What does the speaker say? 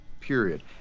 period